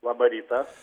labą rytą